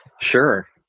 Sure